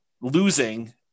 losing